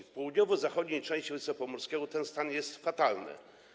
W południowo-zachodniej części województwa pomorskiego ten stan jest fatalny.